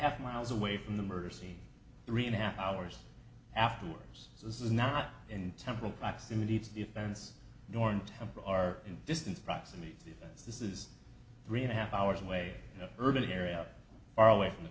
half miles away from the murder scene three and a half hours afterwards so this is not an temporal proximity to defense nor in tampa are in distance proximity is this is three and a half hours away urban area far away from the